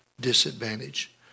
disadvantage